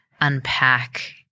unpack